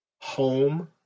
Home